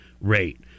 rate